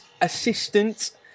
assistant